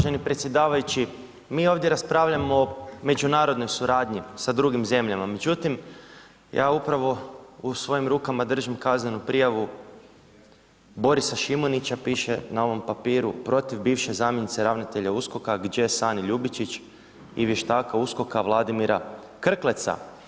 Uvaženi predsjedavajući, mi ovdje raspravljamo o međunarodnoj suradnji s drugim zemljama međutim ja upravo u svojim rukama držim kaznenu prijavu Borisa Šimunića, piše na ovom papiru protiv bivše zamjenice ravnatelja USOKOK-a gđe. Sanje Ljubičić i vještaka USKOK-a Vladimira Krkleca.